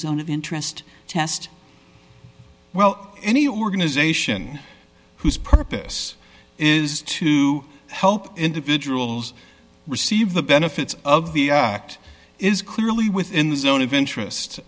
zone of interest test well any organization whose purpose is to help individuals receive the benefits of the act is clearly within the zone of interest